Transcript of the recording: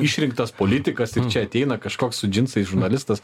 išrinktas politikas ir čia ateina kažkoks su džinsais žurnalistas